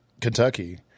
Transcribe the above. Kentucky